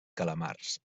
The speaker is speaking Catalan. calamars